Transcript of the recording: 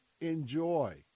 enjoy